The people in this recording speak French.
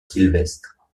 sylvestre